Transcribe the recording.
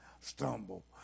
stumble